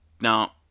Now